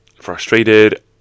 frustrated